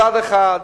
מצד אחד,